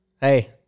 Hey